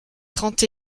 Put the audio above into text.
trente